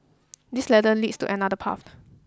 this ladder leads to another path